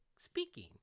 speaking